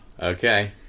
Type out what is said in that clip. Okay